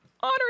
Honor